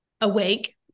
awake